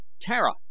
Tara